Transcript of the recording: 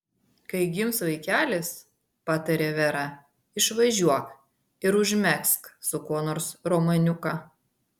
kai gims vaikelis patarė vera išvažiuok ir užmegzk su kuo nors romaniuką